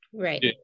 right